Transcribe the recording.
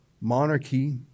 monarchy